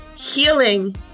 healing